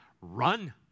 run